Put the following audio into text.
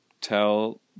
tell